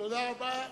תודה רבה.